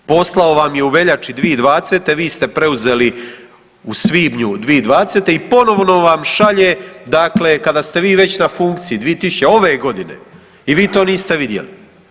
Poslao vam je u veljači 2020. vi ste preuzeli u svibnju 2020. i ponovno vam šalje dakle kada ste vi već na funkciji dvije tisuće, ove godine i vi to niste vidjeli.